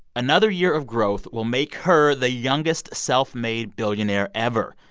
another year of growth will make her the youngest self-made billionaire ever,